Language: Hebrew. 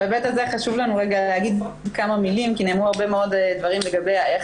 בהיבט הזה חשוב לנו להגיד כמה מילים כי נאמרו הרבה מאוד דברים לגבי איך